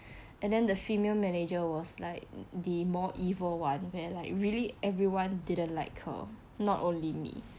and the female manager was like the more evil one where like really everyone didn't like her not only me